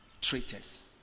traitors